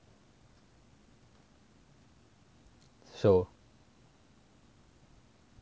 so